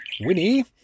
Winnie